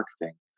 marketing